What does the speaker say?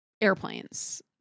airplanes